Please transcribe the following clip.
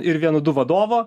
ir vienu du vadovo